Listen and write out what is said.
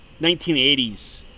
1980s